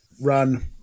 Run